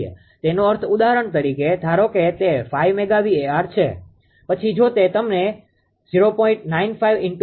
તેનો અર્થ ઉદાહરણ તરીકે ધારો કે તે 5 મેગા VAr છે પછી જો તમે તેને |0